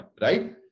right